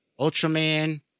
Ultraman